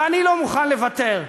ואני לא מוכן לוותר.